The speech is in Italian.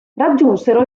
raggiunsero